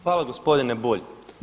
Hvala gospodine Bulj.